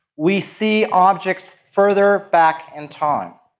we see objects further back in time.